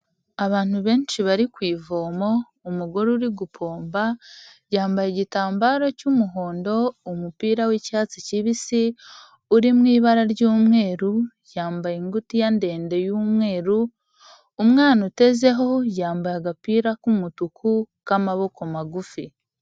Abantu benshi bari ku ivomo, umugore uri gupomba yambaye igitambaro cy'umuhondo, umupira w'icyatsi kibisi uri mu ibara ry'umweru, yambaye ingutiya ndende y'umweru, umwana utezeho yambaye agapira k'umutuku k'amaboko magufi.